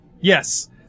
Yes